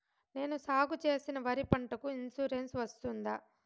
నేను సాగు చేసిన వరి పంటకు ఇన్సూరెన్సు వస్తుందా?